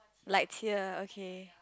like tear okay